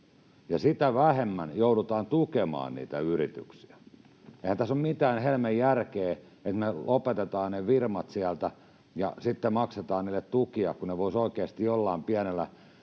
sitä vähemmän joudutaan tukemaan niitä yrityksiä. Eihän tässä ole mitään helmen järkeä, että me lopetetaan ne firmat sieltä ja sitten maksetaan niille tukia, kun ne voisivat oikeasti jollain pienellä